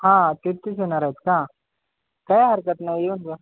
हा तेहत्तीस येणार आहेत का काय हरकत नाही येऊन जा